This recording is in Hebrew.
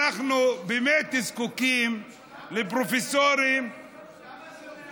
אנחנו באמת זקוקים לפרופסורים, למה זה מעניין